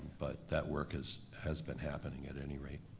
but that work has has been happening at any rate.